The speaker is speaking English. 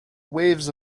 waves